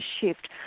shift